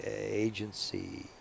agency